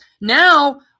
now